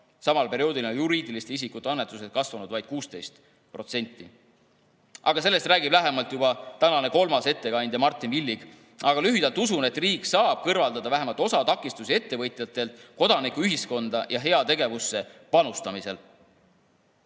Samal perioodil on juriidiliste isikute annetused kasvanud vaid 16%. Aga sellest räägib lähemalt juba tänane kolmas ettekandja Martin Villig. Lühidalt, usun, et riik saab kõrvaldada vähemalt osa takistusi ettevõtjatelt kodanikuühiskonda ja heategevusse panustamisel.